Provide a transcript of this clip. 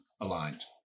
aligned